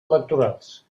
electorals